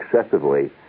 excessively